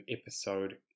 episode